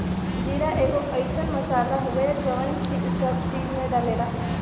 जीरा एगो अइसन मसाला हवे जवन सब चीज में पड़ेला